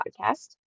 podcast